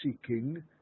seeking